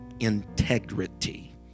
integrity